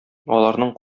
аларның